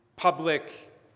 public